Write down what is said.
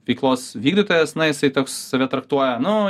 veiklos vykdytojas na jisai toks save traktuoja nu